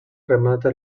remata